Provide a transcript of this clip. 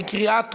בקריאה טרומית.